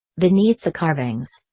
beneath the carvings,